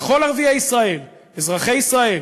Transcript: וכל ערביי ישראל, אזרחי ישראל,